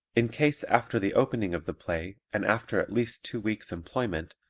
in case after the opening of the play and after at least two weeks' employment,